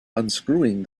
unscrewing